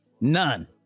none